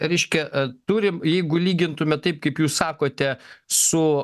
reiškia turim jeigu lygintume taip kaip jūs sakote su